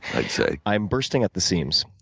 i'd say. i'm bursting at the seams.